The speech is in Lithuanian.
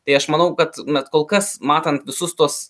tai aš manau kad net kol kas matant visus tuos